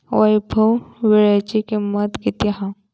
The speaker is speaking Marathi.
वैभव वीळ्याची किंमत किती हा?